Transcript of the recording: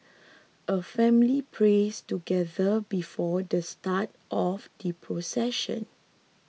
a family prays together before the start of the procession